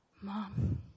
Mom